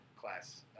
class